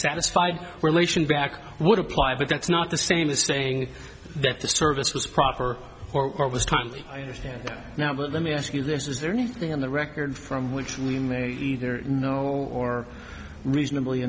satisfied relation back would apply but that's not the same as saying that the service was proffer or was totally understand now but let me ask you this is there anything on the record from which we may either know or reasonably